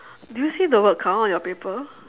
do you see the word count on your paper